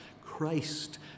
Christ